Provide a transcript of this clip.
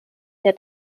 der